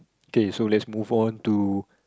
okay so let's move on to